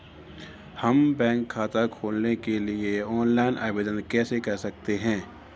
हम बैंक खाता खोलने के लिए ऑनलाइन आवेदन कैसे कर सकते हैं?